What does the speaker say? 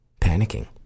panicking